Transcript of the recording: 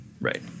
Right